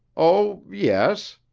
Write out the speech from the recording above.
oh, yes.